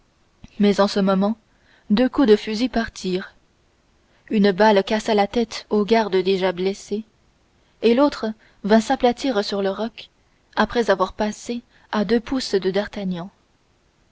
mais en ce moment deux coups de fusil partirent une balle cassa la tête du garde déjà blessé et l'autre vint s'aplatir sur le roc après avoir passé à deux pouces de d'artagnan